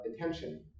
attention